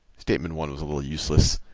statement one was a little useless.